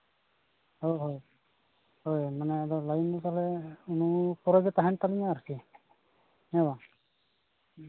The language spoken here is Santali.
ᱦᱳᱭ ᱦᱳᱭ ᱦᱳᱭ ᱢᱟᱱᱮ ᱟᱫᱚ ᱞᱟᱭᱤᱱ ᱠᱟᱫᱟᱞᱮ ᱩᱱᱤ ᱯᱚᱨᱮ ᱜᱮ ᱛᱟᱦᱮᱱ ᱛᱟᱹᱞᱤᱧᱟ ᱦᱮᱸ